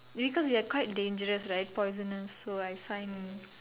because they are quite dangerous right poisonous so I find